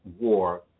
war